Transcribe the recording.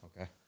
Okay